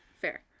fair